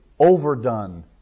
Overdone